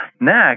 Next